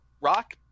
rock